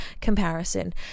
comparison